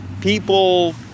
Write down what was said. people